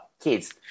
kids